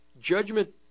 Judgment